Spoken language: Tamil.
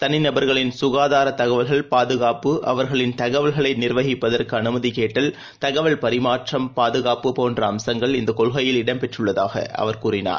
தனிநபர்களின் சுகாதாரதகவல்கள் பாதுகாப்பு அவர்களின் தகவல்களைநிர்வகிப்பதற்குஅனுமதிகேட்டல் தகவல் பரிமாற்றம் பாதுகாப்பு போன்றஅம்சங்கள் இந்தகொள்கையில் இடம் பெற்றுள்ளதாகஅவர் கூறினார்